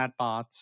chatbots